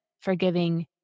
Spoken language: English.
forgiving